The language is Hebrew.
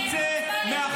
אונר"א תצא מהחוק.